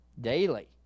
daily